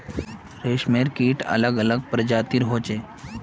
रेशमेर कीट अलग अलग प्रजातिर होचे